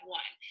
one